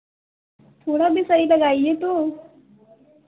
थोड़ा भी सही लगाइए तो